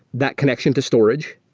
that connection to storage,